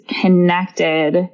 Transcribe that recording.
connected